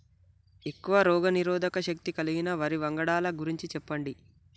ఎక్కువ రోగనిరోధక శక్తి కలిగిన వరి వంగడాల గురించి చెప్పండి?